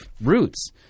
roots